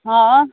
हँ